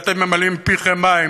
ואתם ממלאים פיכם מים,